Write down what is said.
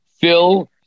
phil